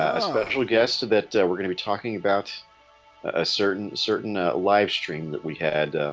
a special guest that we're gonna be talking about a certain certain livestream that we had